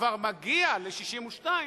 כבר מגיע ל-62,